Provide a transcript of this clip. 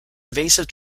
invasive